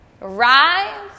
Rise